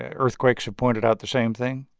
ah earthquakes have pointed out the same thing?